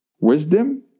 wisdom